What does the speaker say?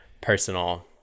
personal